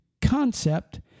concept